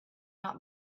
not